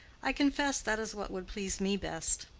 i confess that is what would please me best.